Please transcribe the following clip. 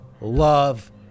love